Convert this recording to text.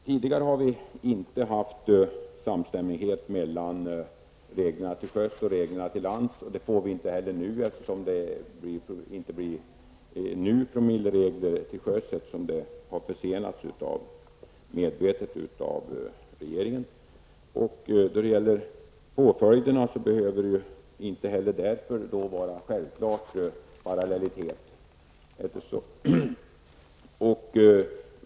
Tidigare har vi inte haft samstämmighet mellan reglerna till sjöss och till lands. Det får vi inte heller nu, eftersom promilleregleringen till sjöss medvetet har försenats av regeringen. När det gäller påföljderna behöver det därför inte vara självklart med parallellitet.